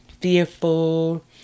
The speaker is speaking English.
fearful